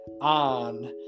On